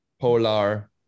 Polar